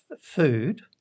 food